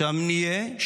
שם נהיה,